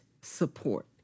support